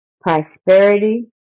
prosperity